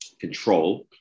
control